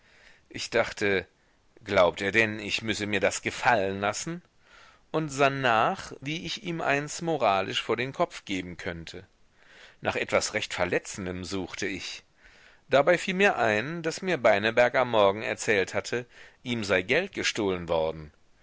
ich dachte glaubt er denn ich müsse mir das gefallen lassen und sann nach wie ich ihm eins moralisch vor den kopf geben könnte nach etwas recht verletzendem suchte ich dabei fiel mir ein daß mir beineberg am morgen erzählt hatte ihm sei geld gestohlen worden